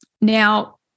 Now